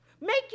Make